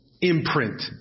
imprint